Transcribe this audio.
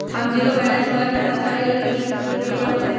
हम zero balance वाला खाता चाहइले वो लेल की की प्रक्रिया होतई?